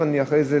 ואחרי זה,